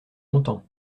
longtemps